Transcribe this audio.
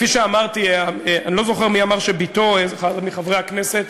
אני לא זוכר מי אמר שבתו, אחד מחברי הכנסת,